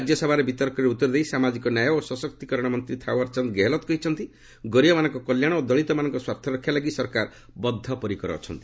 ରାଜ୍ୟସଭାରେ ବିତର୍କରେ ଉତ୍ତର ଦେଇ ସାମାଜିକ ନ୍ୟାୟ ଓ ସଶକ୍ତିକରଣ ମନ୍ତ୍ରୀ ଥାଓ୍ୱଡ୍ଚନ୍ଦ ଗେହେଲତ୍ କହିଛନ୍ତି ଗରିବମାନଙ୍କ କଲ୍ୟାଣ ଓ ଦଳିତମାନଙ୍କ ସ୍ୱାର୍ଥ ରକ୍ଷା ଲାଗି ସରକାର ବଦ୍ଧ ପରିକର ଅଛନ୍ତି